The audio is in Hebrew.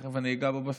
שתכף אני אגע בו,